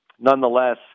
Nonetheless